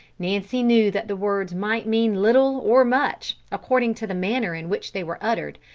nancy knew that the words might mean little or much, according to the manner in which they were uttered,